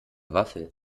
waffel